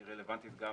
היא רלוונטית על